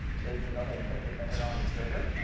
so you can go ahead and put your finger on the trigger.